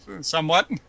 Somewhat